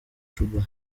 cuba